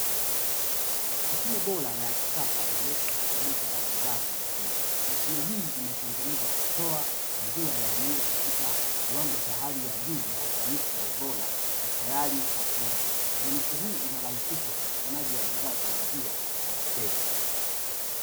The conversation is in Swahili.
Mashine bora na ya kisasa iliyopo katika duka la bidhaa za maziwa. Mashine hii imetengenezwa kutoa maziwa yaliyo katika kiwango cha hali ya juu na ufanisi wa ubora na tayari kwa kunywa. Ubunifu huu unarahisisha upatikanaji wa maziwa kwa wateja.